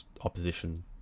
opposition